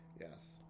Yes